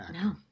No